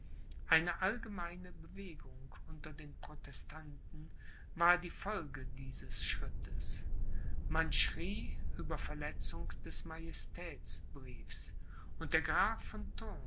eine allgemeine bewegung unter den protestanten war die folge dieses schrittes man schrie über verletzung des majestätsbriefs und der graf von